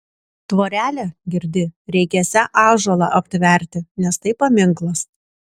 tvorelę girdi reikėsią ąžuolą aptverti nes tai paminklas